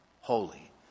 holy